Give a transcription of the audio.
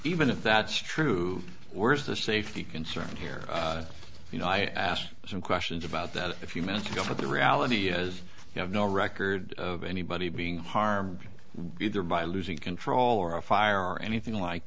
even if that's true worst the safety concern here you know i asked some questions about that a few minutes ago but the reality is you have no record of anybody being harmed by losing control or a fire or anything like